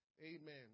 Amen